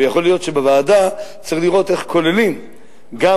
ויכול להיות שבוועדה צריך לראות איך כוללים גם,